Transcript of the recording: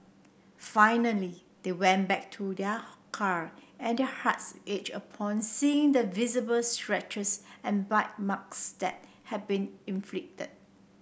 finally they went back to their car and their hearts upon seeing the visible scratches and bite marks that had been inflicted